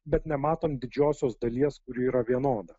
bet nematom didžiosios dalies kuri yra vienoda